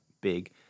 big